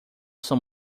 são